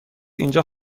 اینجا